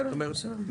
זאת אומרת,